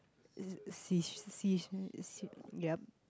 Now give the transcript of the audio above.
is it seash~ seash~ uh sea ya